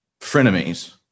frenemies